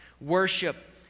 worship